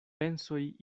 pensoj